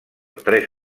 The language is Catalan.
tres